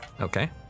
okay